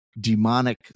demonic